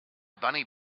bunny